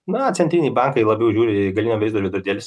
na centriniai bankai labiau žiūri į galinio vaizdo veidrodėlius